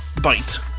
bite